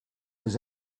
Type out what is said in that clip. was